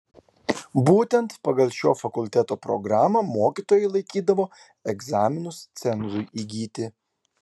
būtent pagal šio fakulteto programą mokytojai laikydavo egzaminus cenzui įgyti